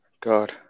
God